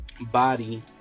body